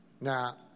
Now